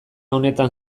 honetan